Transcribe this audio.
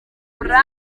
uburambe